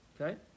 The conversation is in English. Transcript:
Okay